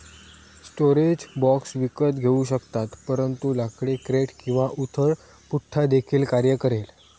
storage box विकत घेऊ शकतात परंतु लाकडी क्रेट किंवा उथळ पुठ्ठा देखील कार्य करेल